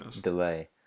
delay